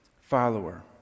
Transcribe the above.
follower